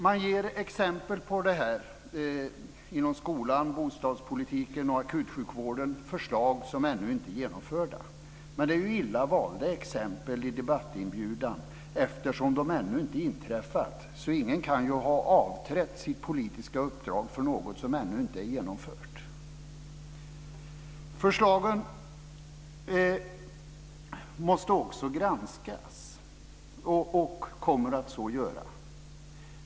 Man ger exempel på detta inom skolan, bostadspolitiken och akutsjukvården. Det handlar om förslag som ännu inte är genomförda. Men det är illa valda exempel i debattinbjudan, eftersom de ännu inte införts. Ingen kan ju ha avträtt sitt politiska uppdrag för något som ännu inte är genomfört. Förslagen måste också granskas, och det kommer att ske.